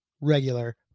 Regular